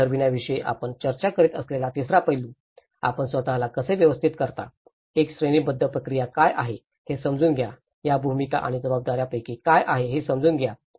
भूमिका ठरवण्याविषयी आपण चर्चा करीत असलेला तिसरा पैलू आपण स्वत ला कसे व्यवस्थित करता एक श्रेणीबद्ध प्रक्रिया काय आहे हे समजून घ्या या भूमिका आणि जबाबदाऱ्या पैकी काय आहे हे समजून घ्या